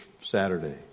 Saturday